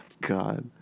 God